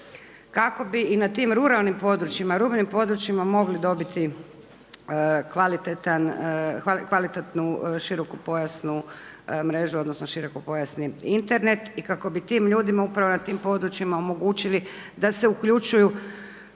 kako bi i na tim ruralnim područjima, rubnim područjima mogli dobiti kvalitetnu širokopojasnu mrežu odnosno širokopojasni Internet i kako bi tim ljudima upravo na tim područjima omogućili da se uključuju